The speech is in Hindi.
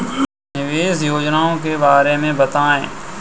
निवेश योजनाओं के बारे में बताएँ?